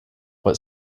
what